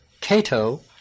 Cato